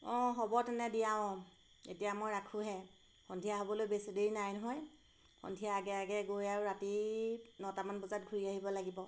অঁ হ'ব তেনে দিয়া অঁ এতিয়া মই ৰাখোঁহে সন্ধিয়া হ'বলৈ বেছি দেৰি নাই নহয় সন্ধিয়া আগে আগে গৈ আৰু ৰাতি নটামান বজাত ঘূৰি আহিব লাগিব